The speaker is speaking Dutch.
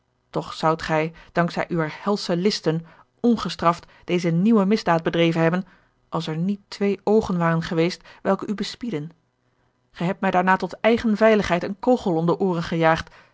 toch zoudt gij dank zij uwer helsche listen ongestraft deze nieuwe misdaad bedreven hebben als er niet twee oogen waren geweest welke u bespiedden gij hebt mij daarna tot eigen veiligheid een kogel om de ooren gejaagd